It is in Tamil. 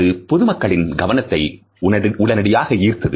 அது பொதுமக்களின் கவனத்தை உடனடியாக ஈர்த்தது